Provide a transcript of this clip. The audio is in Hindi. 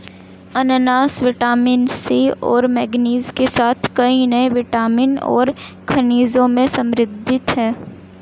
अनन्नास विटामिन सी और मैंगनीज के साथ कई अन्य विटामिन और खनिजों में समृद्ध हैं